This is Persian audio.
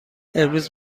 امروز